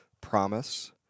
promise